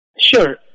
Sure